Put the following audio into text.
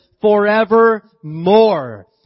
forevermore